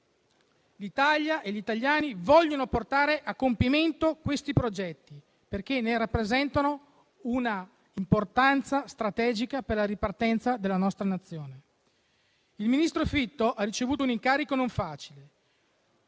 L'Italia e gli italiani vogliono portare a compimento questi progetti perché rivestono un'importanza strategica per la ripartenza della nostra Nazione. Il ministro Fitto ha ricevuto un incarico non facile,